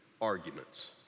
arguments